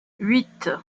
huit